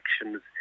elections